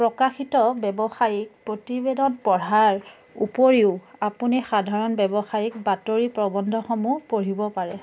প্ৰকাশিত ব্যৱসায়িক প্ৰতিবেদন পঢ়াৰ উপৰিও আপুনি সাধাৰণ ব্যৱসায়িক বাতৰিৰ প্ৰবন্ধসমূহ পঢ়িব পাৰে